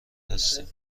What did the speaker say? هستیم